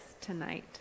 tonight